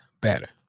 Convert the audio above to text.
better